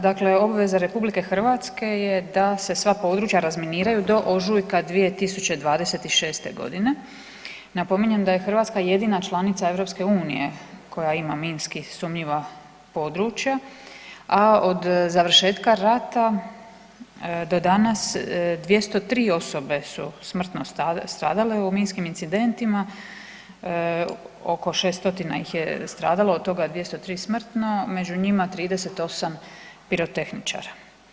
Dakle obveza RH je da se sva područja razminiraju do ožujka 2026.g. Napominjem da je Hrvatska jedina članica EU koja ima minski sumnjiva područja, a od završetka rata do danas 203 osobe su smrtno stradale u minskim incidentima oko 600 ih je stradalo od toga 203 smrtno, među njima 38 pirotehničara.